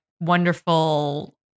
wonderful